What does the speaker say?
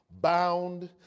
bound